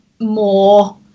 more